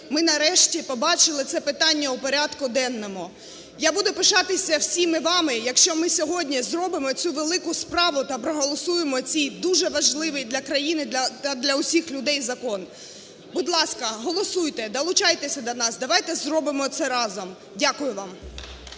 ми нарешті побачили це питання у порядку денному. Я буду пишатися всіма вами, якщо ми сьогодні зробимо цю велику справу та проголосуємо цей дуже важливий для країни та для усіх людей закон. Будь ласка, голосуйте, долучайтеся до нас, давайте зробимо це разом. Дякую вам.